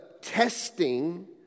testing